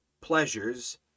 pleasures